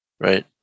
Right